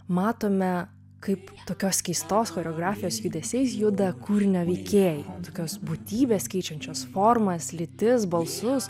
matome kaip tokios keistos choreografijos judesiais juda kūrinio veikėjai tokios būtybės keičiančios formas lytis balsus